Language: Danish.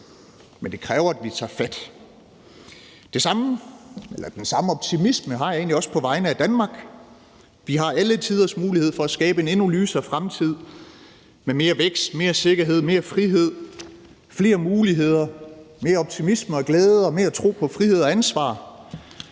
Men det kræver, at vi tager fat. Den samme optimisme har jeg egentlig også på vegne af Danmark. Vi har alle tiders muligheder for at skabe en endnu lysere fremtid med mere vækst, mere sikkerhed, mere frihed flere muligheder, mere optimisme og glæde og mere tro på frihed og ansvar.